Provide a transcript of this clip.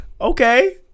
Okay